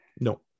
No